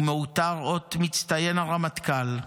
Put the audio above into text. ומעוטר אות מצטיין הרמטכ"ל,